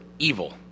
evil